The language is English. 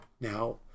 Now